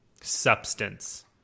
substance